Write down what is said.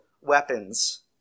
weapons